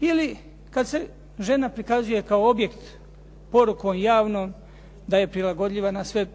Ili kad se žena prikazuje kao objekt porukom javnom da je prilagodljiva na sve